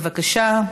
בבקשה,